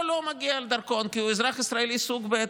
לו לא מגיע דרכון, כי הוא אזרח ישראלי סוג ב'.